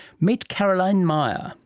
meet caroline meyer.